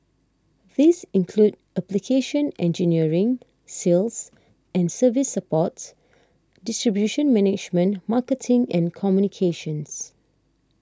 these include application engineering sales and service support distribution management marketing and communications